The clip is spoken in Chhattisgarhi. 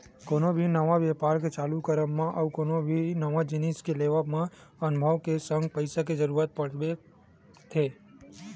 कोनो भी नवा बेपार के चालू करब मा अउ कोनो नवा जिनिस के लेवब म अनभव के संग पइसा के जरुरत पड़थे बने